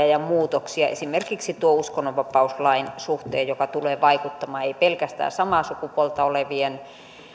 ja muutoksia esimerkiksi uskonnonvapauslain suhteen mikä tulee vaikuttamaan ei pelkästään samaa sukupuolta olevien